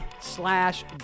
slash